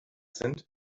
sind